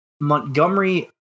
Montgomery